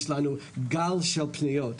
יש לנו גל של פניות.